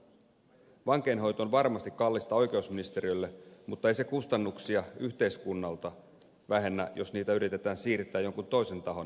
vankeinhoito on varmasti kallista oikeusministeriölle mutta ei se kustannuksia yhteiskunnalta vähennä jos niitä yritetään siirtää jonkin toisen tahon maksettavaksi